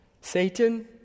Satan